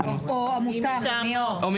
או מי מטעמו.